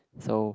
so